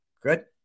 Good